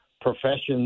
professions